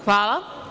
Hvala.